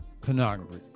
pornography